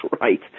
right